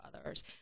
others